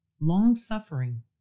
long-suffering